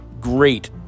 great